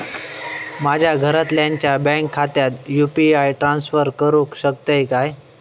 माझ्या घरातल्याच्या बँक खात्यात यू.पी.आय ट्रान्स्फर करुक शकतय काय?